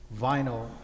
vinyl